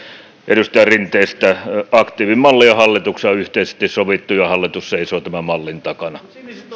edustaja rinteestä aktiivimalli on hallituksessa yhteisesti sovittu ja hallitus seisoo tämän mallin takana